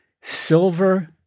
silver